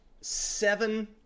seven